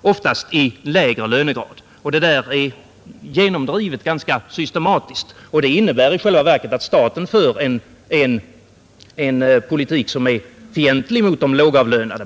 ofta i lägre lönegrad. Det är ganska systematiskt genomdrivet, och det innebär i själva verket att staten för en politik som är fientlig mot de lågavlönade.